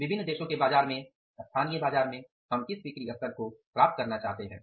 विभिन्न देशों के बाजार में स्थानीय बाजार में हम किस बिक्री स्तर को प्राप्त करना चाहते हैं